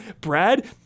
Brad